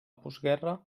postguerra